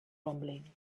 rumbling